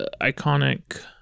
iconic